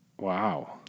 Wow